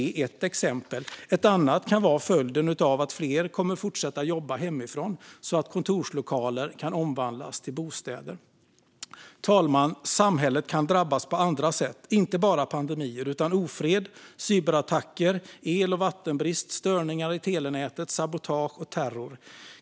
Ett annat kan vara följden av att fler kommer att fortsätta jobba hemifrån, så att kontorslokaler kan omvandlas till bostäder. Fru talman! Samhället kan drabbas på andra sätt, inte bara av pandemier. Det kan drabbas av ofred, cyberattacker, el och vattenbrist, störningar i telenätet, sabotage och terror.